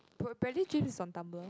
Bra~ Bradley James is on Tumblr